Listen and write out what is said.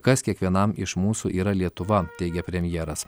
kas kiekvienam iš mūsų yra lietuva teigė premjeras